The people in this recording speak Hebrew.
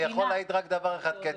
אני יכול להעיד רק דבר אחד, קטי.